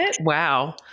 Wow